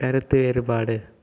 கருத்து வேறுபாடு